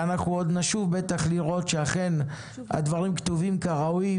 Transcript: ואנחנו עוד נשוב בטח לראות שאכן הדברים כתובים כראוי,